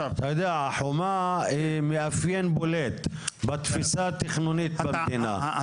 החומה היא מאפיין בולט בתפיסה התכנונית במדינה,